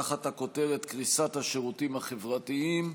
תחת הכותרת: קריסת השירותים החברתיים.